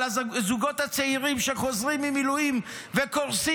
על הזוגות הצעירים שחוזרים ממילואים וקורסים,